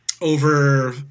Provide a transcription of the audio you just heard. over